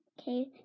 Okay